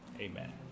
Amen